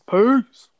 Peace